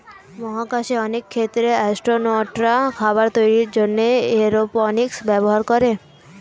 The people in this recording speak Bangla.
মহাকাশে অনেক ক্ষেত্রে অ্যাসট্রোনটরা খাবার তৈরির জন্যে এরওপনিক্স ব্যবহার করে